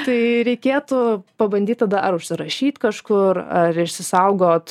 tai reikėtų pabandyt tada ar užsirašyt kažkur ar išsisaugot